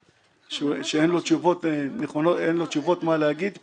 מרגיש שאין לו תשובות מה להגיד פה.